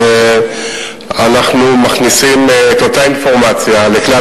אנחנו מכניסים את אותה אינפורמציה לכלל